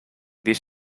this